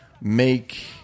make